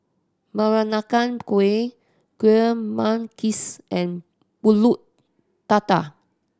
Peranakan Kueh Kuih Manggis and Pulut Tatal